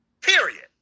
period